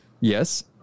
Yes